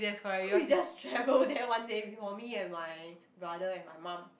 so we just travel there one day before me and my brother and my mum